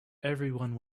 everyone